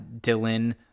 Dylan